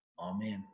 Amen